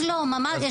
יש לא מעט נתונים.